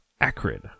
Acrid